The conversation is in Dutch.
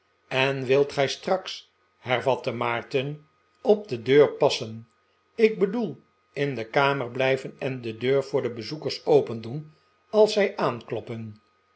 en wilt gij straks hervatte maarten op de deur passen ik bedoel in de kamer blijven en de deur voor de bezoekers opendoen als zij aankloppen